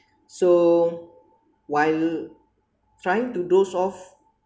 so while trying to doze off